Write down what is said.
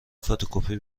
فتوکپی